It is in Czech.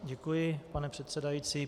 Děkuji, pane předsedající.